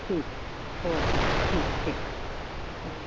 ठीक ओके ठीक ठीक ओके